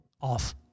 off